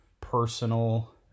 personal